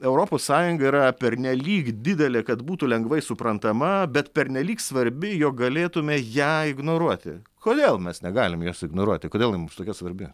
europos sąjunga yra pernelyg didelė kad būtų lengvai suprantama bet pernelyg svarbi jog galėtume ją ignoruoti kodėl mes negalim jos ignoruoti kodėl ji mums tokia svarbi